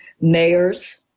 mayors